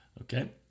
okay